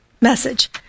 message